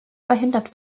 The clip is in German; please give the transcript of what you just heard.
verhindert